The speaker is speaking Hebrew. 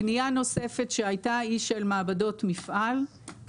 פניה נוספת שהייתה היא של מעבדות מפעל,